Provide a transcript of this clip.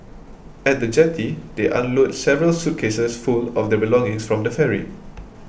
at the jetty they unload several suitcases full of their belongings from the ferry